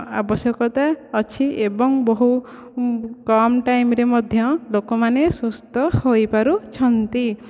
ଆବଶ୍ୟକତା ଅଛି ଏବଂ ବହୁ କମ୍ ଟାଇମ୍ ରେ ମଧ୍ୟ ଲୋକମାନେ ସୁସ୍ଥ ହୋଇପାରୁଛନ୍ତି